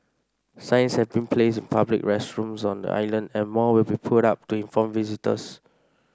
signs have been placed in public restrooms on the island and more will be put up to inform visitors